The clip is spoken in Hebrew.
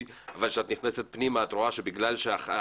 אבל כשאת נכנסת פנימה את רואה שבגלל שהסוללה